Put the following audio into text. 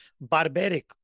barbaric